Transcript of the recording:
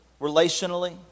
relationally